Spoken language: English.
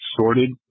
sorted